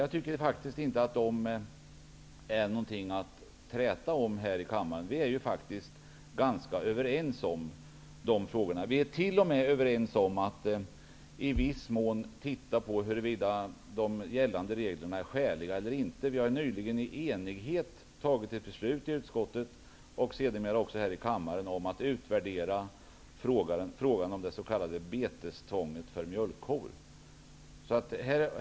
Jag tycker faktiskt att det inte finns anledning att träta därom här i kammaren. Vi är ju ganska överens i de frågorna. Vi är t.o.m. överens om att vi i viss mån skall titta på de gällande reglerna och undersöka om de är skäliga eller inte. Nyligen har beslut fattats i utskottet och sedermera också här i kammaren om en utvärdering av frågan om det s.k. betestvånget för mjölkkor.